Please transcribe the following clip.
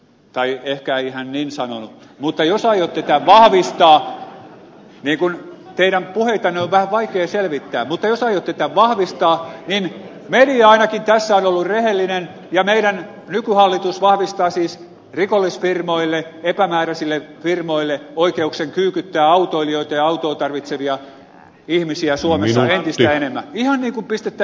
tai ehkä hän ei ihan niin sanonut kun teidän puheitanne on vähän vaikea selvittää mutta jos aiotte tämän vahvistaa niin media ainakin tässä on ollut rehellinen ja meidän nykyhallituksemme vahvistaa siis rikollisfirmoille epämääräisille firmoille oikeuden kyykyttää autoilijoita ja autoa tarvitsevia ihmisiä suomessa entistä enemmän